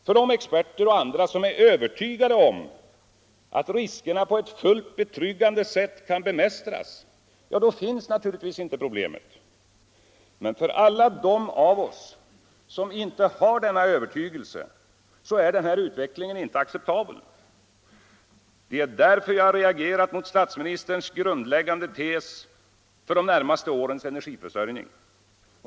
För de experter och andra som är övertygade om att riskerna på ett fullt betryggande sätt kan bemästras finns naturligtvis inte problemet. Men för alla dem av oss som inte har den övertygelsen är denna utveckling inte acceptabel. Det är därför jag reagerat mot statsministerns grundläggande tes för de närmaste årens energiförsörjning.